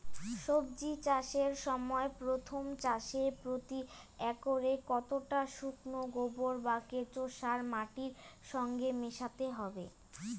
সবজি চাষের সময় প্রথম চাষে প্রতি একরে কতটা শুকনো গোবর বা কেঁচো সার মাটির সঙ্গে মেশাতে হবে?